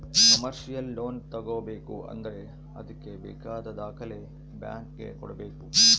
commercial loan ತಗೋಬೇಕು ಅಂದ್ರೆ ಅದ್ಕೆ ಬೇಕಾದ ದಾಖಲೆ ಬ್ಯಾಂಕ್ ಗೆ ಕೊಡ್ಬೇಕು